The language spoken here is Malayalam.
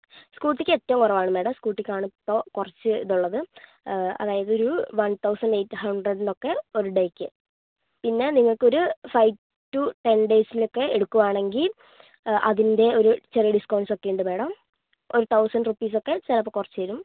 സ്കൂട്ടിക്ക് ഏറ്റവും കുറവാണ് മാഡം സ്കൂട്ടിക്ക് ആണ് ഇപ്പോൾ കുറച്ച് ഇത് ഉള്ളത് അതായത് ഒരു വൺ തൗസന്റ് എയിറ്റ് ഹൺഡ്രെഡിനൊക്കെ ഒരു ഡേയ്ക്ക് പിന്നെ നിങ്ങൾക്കൊരു ഫൈവ് ടൂ ടെൻ ഡേയ്സിനൊക്കെ എടുക്കുവാണെങ്കിൽ അതിൻ്റെ ഒരു ചെറിയ ഡിസ്കൗണ്ട്സൊക്കെ ഉണ്ട് മാഡം ഒരു തൗസന്റ് റുപ്പീസ് ഒക്കെ ചിലപ്പോൾ കുറച്ച് തരും